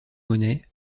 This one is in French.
monnaies